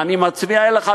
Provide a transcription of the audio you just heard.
מה אני מצביע עליך?